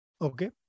Okay